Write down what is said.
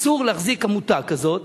אסור להחזיק עמותה כזאת,